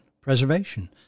preservation